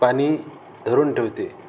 पाणी धरून ठेवते